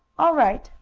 all right,